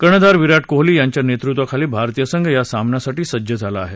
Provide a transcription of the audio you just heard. कर्णधार विराट कोहली याच्या नेतृत्त्वाखाली भारतीय संघ या सामन्यासाठी सज्ज झाला आहे